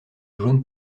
jaune